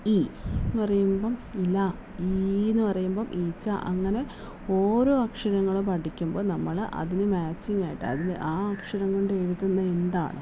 E എന്ന് പറയുമ്പം ഇല ഈ എന്ന് പറയുമ്പം ഈച്ച അങ്ങനെ ഓരോ അക്ഷരങ്ങളും പഠിക്കുമ്പം നമ്മൾ അതിന് മാച്ചിങ്ങായിട്ട് അതിന് ആ അക്ഷരം കൊണ്ടെഴുതുന്ന എന്താണോ